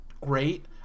great